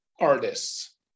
artists